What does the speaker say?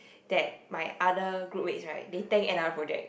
that my other group mates they tank another project